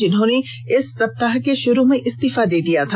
जिन्होंने इस सप्ताह के शुरू में इस्तीफा दे दिया था